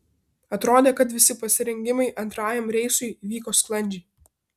atrodė kad visi pasirengimai antrajam reisui vyko sklandžiai